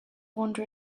wander